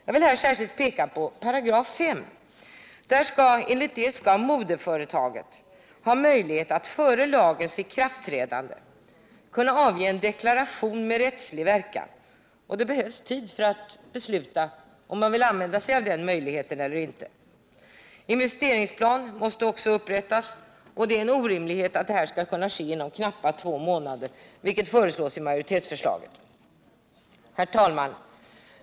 Jag vill särskilt peka på 5 §, enligt vilken moderföretaget före lagens ikraftträdande skall kunna avge en deklaration med rättslig verkan. Det behövs tid för att besluta om man vill begagna sig av denna möjlighet eller inte. Investeringsplan måste också upprättas, och det är en orimlighet att detta skall ske inom knappa två månader, vilket föreslås i majoritetsförslaget. Herr talman!